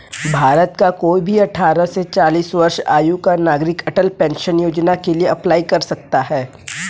भारत का कोई भी अठारह से चालीस वर्ष आयु का नागरिक अटल पेंशन योजना के लिए अप्लाई कर सकता है